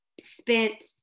spent